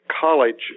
college